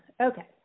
Okay